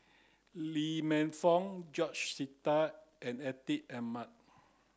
Lee Man Fong George Sita and Atin Amat